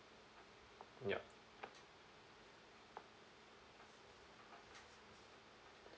yup